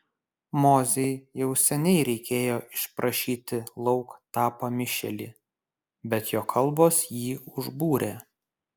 mozei jau seniai reikėjo išprašyti lauk tą pamišėlį bet jo kalbos jį užbūrė